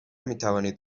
میتوانید